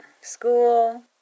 School